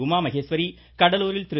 உமாமகேஸ்வரி கடலூரில் திரு